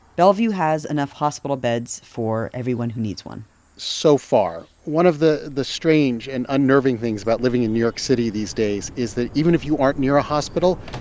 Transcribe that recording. bellevue has enough hospital beds for everyone who needs one so far. one of the the strange and unnerving things about living in new york city these days is that even if you aren't near a hospital,